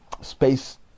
space